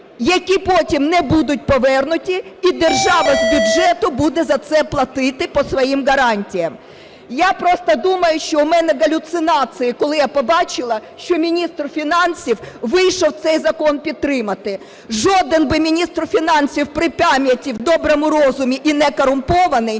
які потім не будуть повернуті, і держава з бюджету буде за це платити по своїм гарантіям. Я просто думаю, що в мене галюцинації, коли я побачила, що міністр фінансів вийшов цей закон підтримати. Жоден би міністр фінансів при пам'яті, в доброму розумі і некорумпований